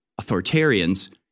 authoritarians